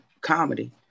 comedy